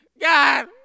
God